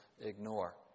ignore